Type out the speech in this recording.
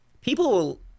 people